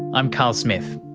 i'm carl smith.